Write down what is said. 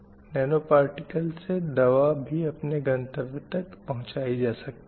nano particle से दवा भी अपने गंतव्य तक पहुँचाई जा सकती है